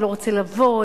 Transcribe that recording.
אני לא רוצה לבוא,